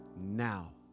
now